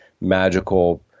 magical